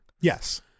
Yes